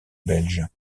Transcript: belge